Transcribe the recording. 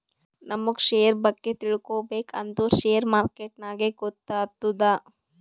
ನಮುಗ್ ಶೇರ್ ಬಗ್ಗೆ ತಿಳ್ಕೋಬೇಕ್ ಅಂದುರ್ ಶೇರ್ ಮಾರ್ಕೆಟ್ನಾಗೆ ಗೊತ್ತಾತ್ತುದ